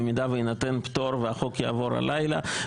במידה שיינתן פטור והחוק יעבור הלילה,